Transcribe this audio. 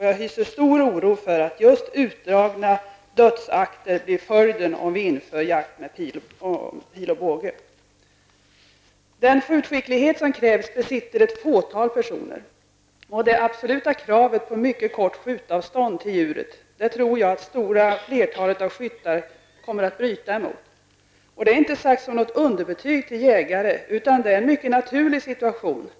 Jag hyser stor oro för att just utdragna dödsakter blir följden om vi inför jakt med pil och båge. Den skjutskicklighet som krävs besiter ett fåtal personer. Det absoluta kravet på mycket kort skjutavstånd till djuret tror jag att det stora flertalet av skyttarna kommer att bryta emot. Det är inte sagt som något underbetyg till jägarna. Det är en mycket naturlig situation.